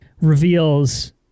reveals